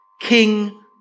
King